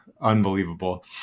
Unbelievable